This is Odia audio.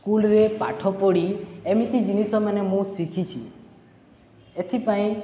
ସ୍କୁଲରେ ପାଠ ପଢ଼ି ଏମିତି ଜିନିଷ ମାନ ମୁଁ ଶିଖିଛି ଏଥିପାଇଁ